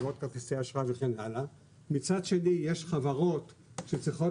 חברות כרטיסי אשראי וכן הלאה ומצד שני יש חברות שצריכות